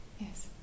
Yes